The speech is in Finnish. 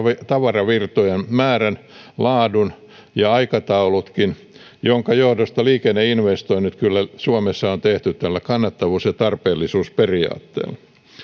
tavaravirtojen määrän laadun ja aikataulutkin minkä johdosta liikenneinvestoinnit kyllä suomessa on tehty tällä kannattavuus ja tarpeellisuusperiaatteella